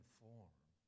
form